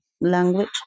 language